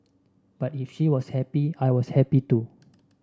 but if she was happy I was happy too